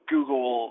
Google